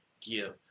Give